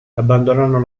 abbandonarono